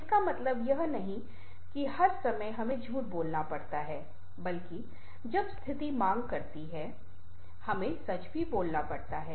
इसका मतलब यह नहीं है कि हर समय हमें झूठ बोलना पड़ता है बल्कि जब स्थिति मांग करती है पर नहीं हमें सच बोलना है